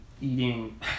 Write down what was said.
eating